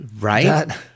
Right